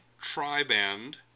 tri-band